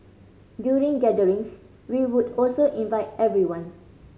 during gatherings we would also invite everyone